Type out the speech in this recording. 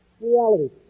reality